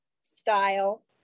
style